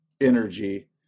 energy